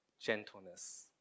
gentleness